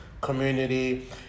community